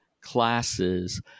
classes